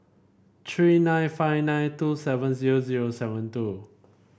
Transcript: three nine five nine two seven zero zero seven two